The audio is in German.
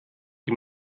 ihm